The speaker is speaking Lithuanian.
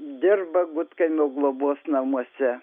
dirba gudkaimio globos namuose